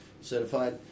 certified